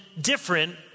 different